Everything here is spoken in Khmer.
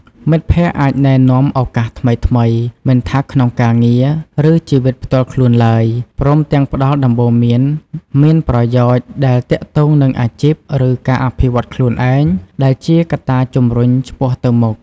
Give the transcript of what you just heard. មិត្តភក្តិអាចណែនាំឱកាសថ្មីៗ មិនថាក្នុងការងារ ឬជីវិតផ្ទាល់ខ្លួនឡើយ ព្រមទាំងផ្ដល់ដំបូន្មានមានប្រយោជន៍ដែលទាក់ទងនឹងអាជីព ឬការអភិវឌ្ឍន៍ខ្លួនឯង ដែលជាកត្តាជំរុញឆ្ពោះទៅមុខ។